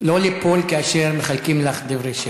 לא ליפול כאשר מחלקים לך דברי שבח.